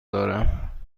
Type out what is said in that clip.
دارم